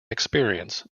experience